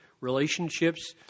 relationships